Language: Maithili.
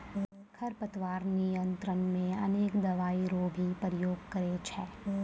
खरपतवार नियंत्रण मे अनेक दवाई रो भी प्रयोग करे छै